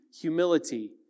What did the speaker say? humility